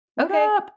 okay